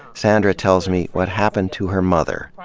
sandra tells me what happened to her mother,